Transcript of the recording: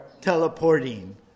teleporting